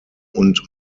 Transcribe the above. und